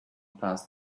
past